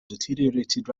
deteriorated